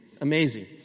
amazing